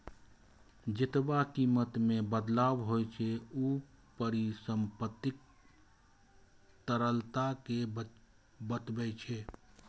जेतबा कीमत मे बदलाव होइ छै, ऊ परिसंपत्तिक तरलता कें बतबै छै